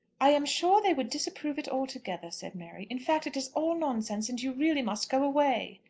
i am sure they would disapprove it altogether, said mary. in fact it is all nonsense, and you really must go away.